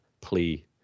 plea